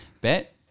bet